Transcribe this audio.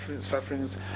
sufferings